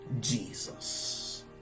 Jesus